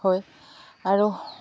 হয় আৰু